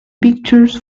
pictures